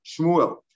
Shmuel